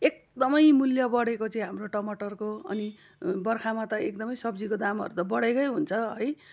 एकदमै मूल्य बढेको चाहिँ हाम्रो टमटरको अनि बर्खामा त एकदमै सब्जीको दामहरू त बढेकै हुन्छ है